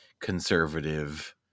conservative